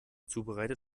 zubereitet